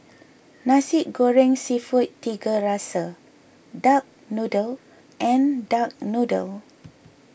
Nasi Goreng Seafood Tiga Rasa Duck Noodle and Duck Noodle